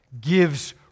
gives